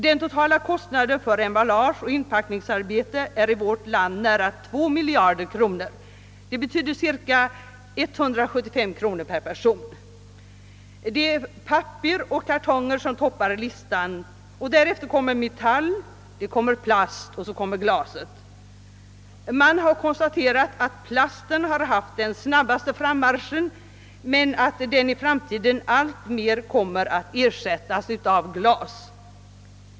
Den totala årliga kostnaden för emballage och inpackningsarbete i vårt land är nästan två miljarder kronor. Det betyder cirka 175 kronor per person. Papper och kartonger toppar listan, och därefter kommer metall, plast och glas. Man har konstaterat att plasten har haft den snabbaste frammarschen men att den i framtiden alltmer kommer att ersättas av glas.